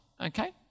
okay